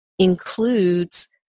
includes